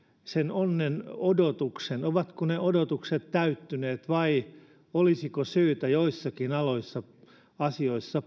sen onnen odotuksen ovatko ne odotukset täyttyneet vai olisiko syytä joissakin asioissa asioissa